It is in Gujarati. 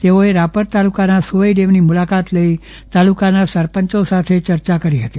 તેઓએ રાપર તાલુકાના સુવઈ ડેમની મુલાકાત લઇ તાલુકાના સરપંચો સાથે યર્યા કરી હતી